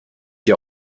dir